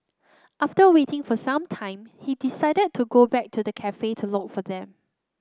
after waiting for some time he decided to go back to the cafe to look for them